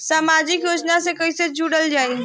समाजिक योजना से कैसे जुड़ल जाइ?